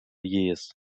years